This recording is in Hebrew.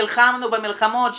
נלחמנו במלחמות,